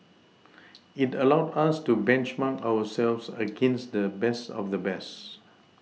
it allowed us to benchmark ourselves against the best of the best